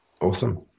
Awesome